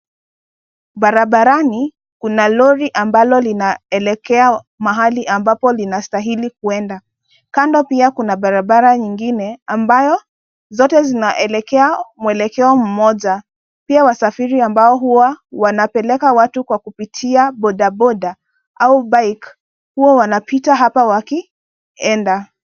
Barabarani kuna lori ambalo linaelekea mahali ambapo linastahili kuenda. Kando pia kuna barabara nyingine ambayo zote zinaelekea muelekeo mmoja. Pia wasafiri ambao huwa wanapeleka watu kwa kupitia boda boda au bike huwa wanapita hapa wakienda.